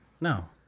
No